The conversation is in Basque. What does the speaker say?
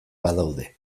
badaude